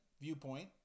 viewpoint